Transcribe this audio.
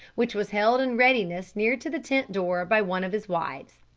which was held in readiness near to the tent door by one of his wives.